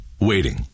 Waiting